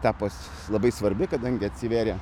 tapus labai svarbi kadangi atsivėrė